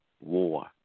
war